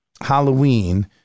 Halloween